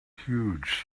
huge